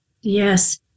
Yes